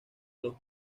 los